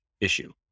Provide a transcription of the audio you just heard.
issue